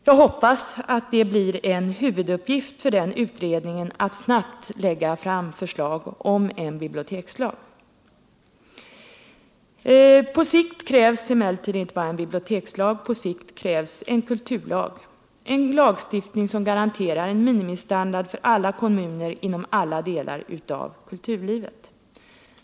Jag hoppas att det blir en huvuduppgift för den utredningen att snabbt lägga fram förslag till en bibliotekslag. På sikt krävs inte bara en bibliotekslag;, på sikt krävs en kulturlag — en lagstiftning som garanterar en minimistandard för alla kommuner inom alla delar av kulturlivet.